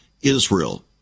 Israel